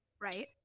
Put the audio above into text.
Right